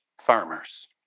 farmers